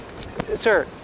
sir